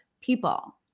people